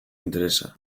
interesa